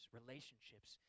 Relationships